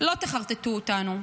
לא תחרטטו אותנו.